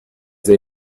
they